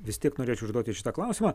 vis tiek norėčiau užduoti ir šitą klausimą